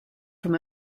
from